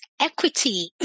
Equity